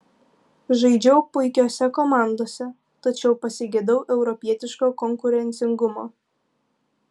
žaidžiau puikiose komandose tačiau pasigedau europietiško konkurencingumo